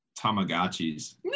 Tamagotchis